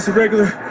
regular,